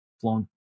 flown